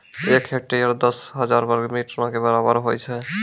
एक हेक्टेयर, दस हजार वर्ग मीटरो के बराबर होय छै